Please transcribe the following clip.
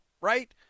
right